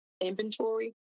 inventory